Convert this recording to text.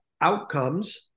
outcomes